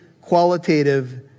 qualitative